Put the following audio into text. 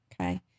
okay